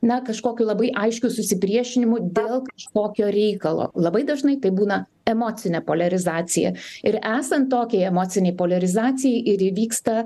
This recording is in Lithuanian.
na kažkokiu labai aiškiu susipriešinimu dėl kažkokio reikalo labai dažnai tai būna emocinė poliarizacija ir esant tokiai emocinei poliarizacijai ir įvyksta